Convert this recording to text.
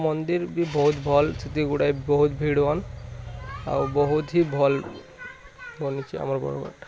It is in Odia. ଆଉ ମନ୍ଦିର୍ ବି ବହୁତ୍ ଭଲ୍ ସେଥି ଗୁଡ଼ାଏ ବହୁତ୍ ଭିଡ଼ ହୁଅନ୍ ଆଉ ବହୁତ୍ ହିଁ ଭଲ୍ ବନିଛେ ଆମର୍ ବର୍ଗଡ଼୍